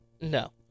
No